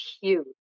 huge